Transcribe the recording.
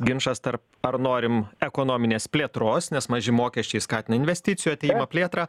ginčas tarp ar norim ekonominės plėtros nes maži mokesčiai skatina investicijų atėjimą plėtrą